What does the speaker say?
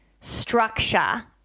structure